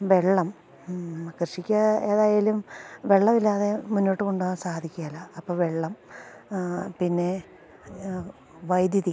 വെള്ളം കൃഷിക്ക് ഏതായാലും വെള്ളമില്ലാതെ മുന്നോട്ട് കൊണ്ടു പോകാൻ സാധിക്കില്ല അപ്പം വെള്ളം പിന്നെ വൈദ്യുതി